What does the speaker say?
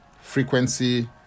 frequency